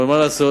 אבל מה לעשות,